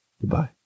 Goodbye